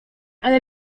ale